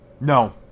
No